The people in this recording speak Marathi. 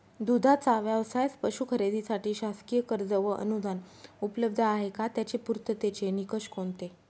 दूधाचा व्यवसायास पशू खरेदीसाठी शासकीय कर्ज व अनुदान उपलब्ध आहे का? त्याचे पूर्ततेचे निकष कोणते?